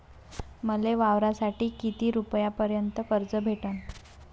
मले वावरासाठी किती रुपयापर्यंत कर्ज भेटन?